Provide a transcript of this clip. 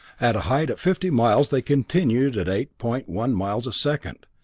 at a height of fifty miles they continued at eight point one miles a second.